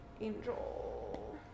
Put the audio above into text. Angel